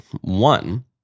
One